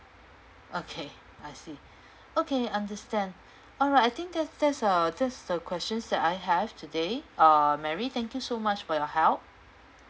okay I see okay understand alright I think that's that's uh that's the questions that I have today uh mary thank you so much for your help